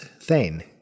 Thane